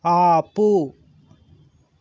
ఆపు